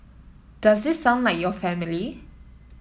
does this sound like your family